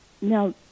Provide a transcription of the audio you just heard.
Now